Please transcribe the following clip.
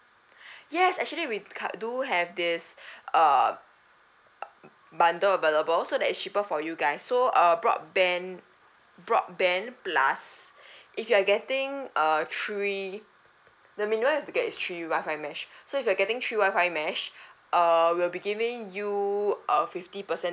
yes actually we cur~ do have this uh bundle available so that it's cheaper for you guys so uh broadband broadband plus if you're getting a three the minimum you have to get is three wifi mesh so if you're getting three wifi mesh err we'll be giving you a fifty percent